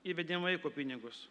įvedėm vaiko pinigus